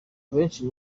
abenshi